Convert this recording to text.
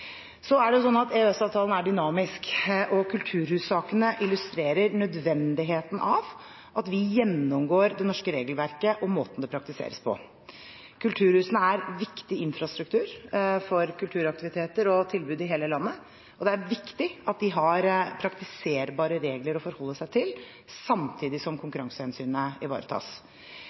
er dynamisk, og kulturhussakene illustrerer nødvendigheten av at vi gjennomgår det norske regelverket og måten det praktiseres på. Kulturhusene er viktig infrastruktur for kulturaktiviteter og -tilbud i hele landet, og det er viktig at man har praktiserbare regler å forholde seg til, samtidig som konkurransehensynet ivaretas.